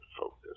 focus